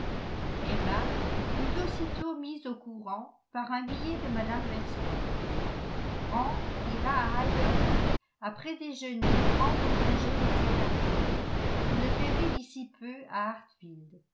emma fut aussitôt mise au courant par un billet de mme weston frank ira à highbury après déjeuner prendre congé de ses amis vous le verrez d'ici peu à